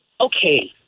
Okay